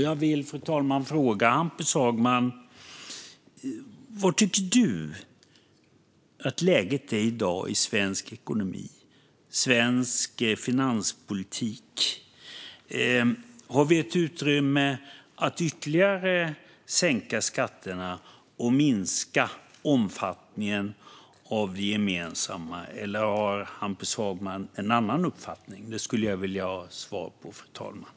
Jag vill fråga Hampus Hagman: Vad tycker du att läget är i dag i svensk ekonomi, svensk finanspolitik? Har vi ett utrymme för att ytterligare sänka skatterna och minska omfattningen av det gemensamma, eller har Hampus Hagman en annan uppfattning? Det skulle jag vilja ha svar på, fru talman.